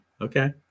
Okay